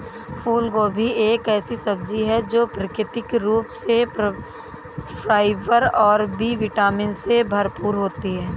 फूलगोभी एक ऐसी सब्जी है जो प्राकृतिक रूप से फाइबर और बी विटामिन से भरपूर होती है